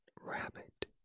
Rabbit